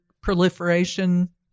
proliferation